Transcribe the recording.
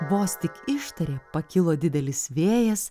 vos tik ištarė pakilo didelis vėjas